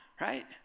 right